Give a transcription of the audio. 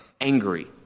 angry